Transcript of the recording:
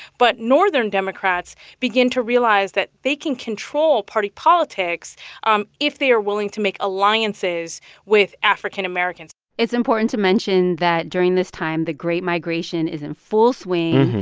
but northern democrats begin to realize that they can control party politics um if they are willing to make alliances with african americans it's important to mention that during this time, the great migration is in full swing,